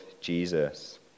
Jesus